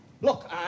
Look